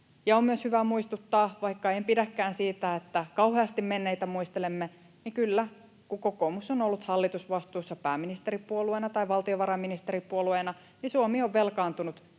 on myös hyvä muistuttaa, vaikka en pidäkään siitä, että kauheasti menneitä muistelemme, että kyllä, kun kokoomus on ollut hallitusvastuussa pääministeripuolueena tai valtiovarainministeripuolueena, Suomi on velkaantunut